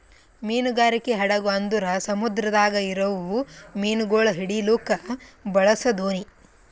ಮೀನುಗಾರಿಕೆ ಹಡಗು ಅಂದುರ್ ಸಮುದ್ರದಾಗ್ ಇರವು ಮೀನುಗೊಳ್ ಹಿಡಿಲುಕ್ ಬಳಸ ದೋಣಿ